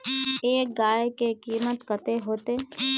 एक गाय के कीमत कते होते?